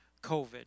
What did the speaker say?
COVID